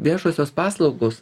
viešosios paslaugos